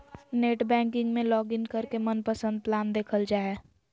net banking में login करके मनपसंद प्लान देखल जा हय